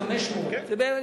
מ-5,500 שקל.